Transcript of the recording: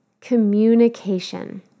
communication